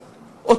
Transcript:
במושב,